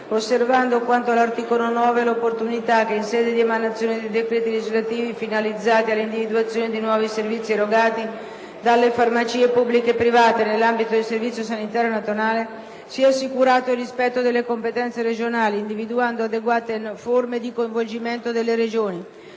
osservando, quanto all'articolo 9, l'opportunità che, in sede di emanazione dei decreti legislativi finalizzati alla individuazione di nuovi servizi erogati dalle farmacie pubbliche e private nell'ambito del Servizio sanitario nazionale, sia assicurato il rispetto delle competenze regionali, individuando adeguate forme di coinvolgimento delle Regioni.